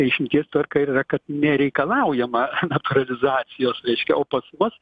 išimties tvarka ir yra kad nereikalaujama natūralizacijos reiškia o pas mus